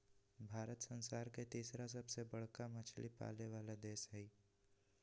भारत संसार के तिसरा सबसे बडका मछली पाले वाला देश हइ